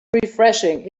refreshing